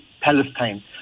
Palestine